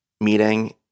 meeting